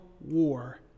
war